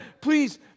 Please